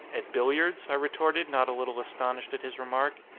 at billiards? i retorted not a little astonished at his remark.